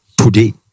today